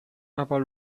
aber